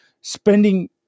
spending